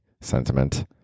sentiment